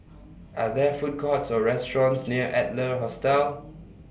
Are There Food Courts Or restaurants near Adler Hostel